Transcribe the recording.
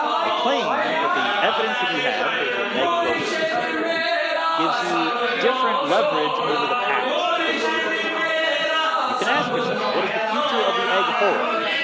i claim that the evidence that you have there's an egg broken on the sidewalk gives you different leverage over the past than over the future you can ask yourself. what is the future of the egg hold?